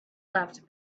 laughed